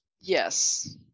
Yes